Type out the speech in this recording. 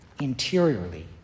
interiorly